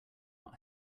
out